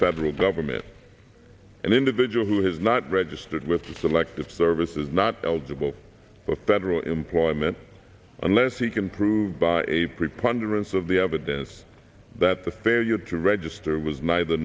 federal government an individual who has not registered with the selective service is not eligible for federal employment unless he can prove by a preponderance of the evidence that the failure to register was neither